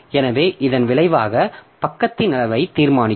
எனவே இதன் விளைவாக பக்கத்தின் அளவை தீர்மானிக்கும்